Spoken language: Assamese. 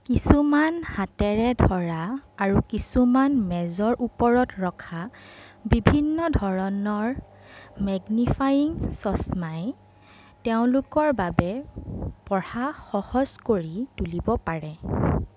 কিছুমান হাতেৰে ধৰা আৰু কিছুমান মেজৰ ওপৰত ৰখা বিভিন্ন ধৰণৰ মেগনিফাইং চশমাই তেওঁলোকৰ বাবে পঢ়া সহজ কৰি তুলিব পাৰে